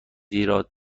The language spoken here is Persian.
هیراد